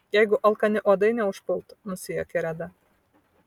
jeigu alkani uodai neužpultų nusijuokė reda